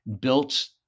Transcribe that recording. built